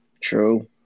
True